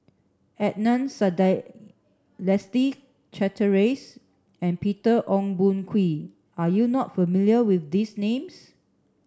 Adnan Saidi Leslie Charteris and Peter Ong Boon Kwee are you not familiar with these names